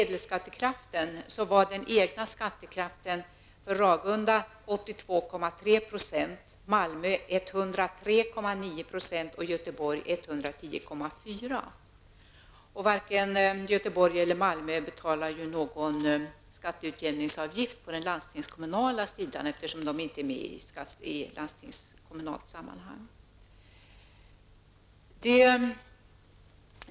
Detta skall jämföras med Malmö som har 31:03 kr. och Göteborg eller Malmö betalar någon skatteutjämningsavgift på den landstingskommunala sidan, eftersom de inte är med i landstingskommunalt sammanhang.